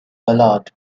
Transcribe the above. ballad